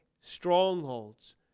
strongholds